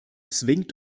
zwingt